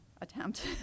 attempt